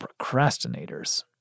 procrastinators